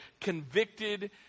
convicted